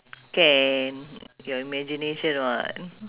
can your imagination [what]